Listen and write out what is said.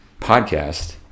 podcast